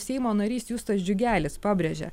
seimo narys justas džiugelis pabrėžė